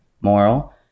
moral